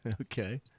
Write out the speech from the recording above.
Okay